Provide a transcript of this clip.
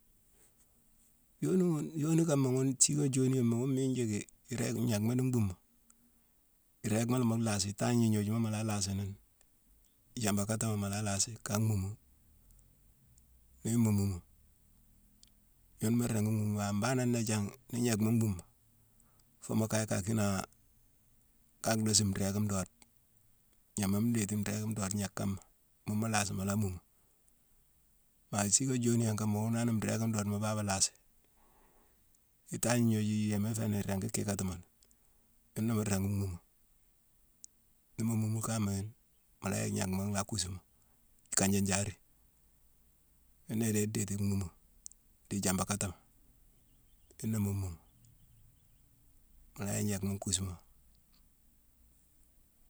Yoni ghune, yoni kaama ghune siikone joniyoma wune miine njiicki iréég-gnagma nii mbhuumo, iréégma mu laasi itangne ignojuma mu la laasini: ijambakatan mu la laasi ka mhumu. Ni yune mu mumu, yune mu ringi mhumu. Ma mbaanangh jan: ni gnagma mbhuumo, fo mu kaye kaa kiinaa, kaa laasime nrééki ndoode. Gnam ma ndétini nrééki doode gnag kama, mune mu laasi mu la mumu. Bari siikone joni yone kama wune hanne nrééki ndoode mu baba laasi. I tangne ignoju, yéma féni, irééki kikatimo ni. Yune mu ringi mhumu. Ni mu mumu kama yune, mu la yick gnakma nhaa kusumo: ikanjanjaari. Yuna i déé déti mhumu, di ijambakatan yuna mu mumu. Mu yick gnagma nkusumo.